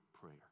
prayer